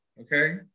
Okay